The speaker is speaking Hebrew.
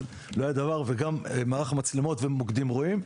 וגם מערך מצלמות ומוקדים רואים.